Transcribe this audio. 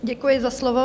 Děkuji za slovo.